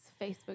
Facebook